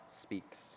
speaks